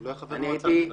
הוא לא היה חבר מועצה בכלל.